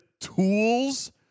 tools